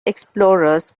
explorers